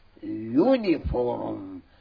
uniform